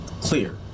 clear